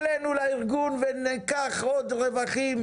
הלוואי.